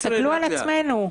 תסתכלו על עצמנו.